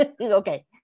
okay